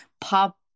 pop